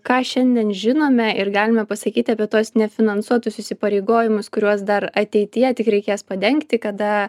ką šiandien žinome ir galime pasakyti apie tuos nefinansuotus įsipareigojimus kuriuos dar ateityje tik reikės padengti kada